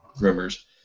Rumors